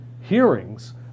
hearings